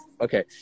Okay